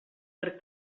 per